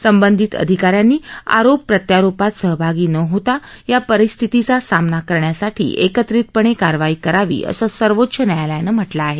संबंधित अधिकाऱ्यांनी आरोप प्रत्यारोपात सहभागी न होता या परिस्थितीचा सामना करण्यासाठी एकत्रितपणे कारवाई करावी असं सर्वोच्च न्यायालयानं म्हालं आहे